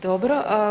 Dobro.